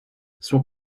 son